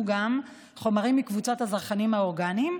גם חומרים מקבוצת הזרחנים האורגניים,